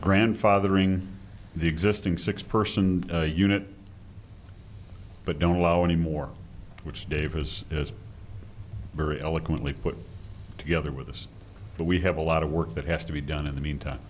grandfathering the existing six person unit but don't allow any more which davis is very eloquently put together with us but we have a lot of work that has to be done in the meantime